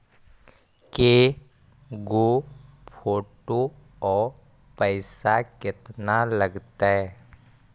के गो फोटो औ पैसा केतना लगतै?